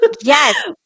yes